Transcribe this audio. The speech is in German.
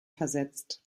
versetzt